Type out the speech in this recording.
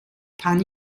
pan